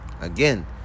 again